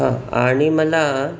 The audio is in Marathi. हां आणि मला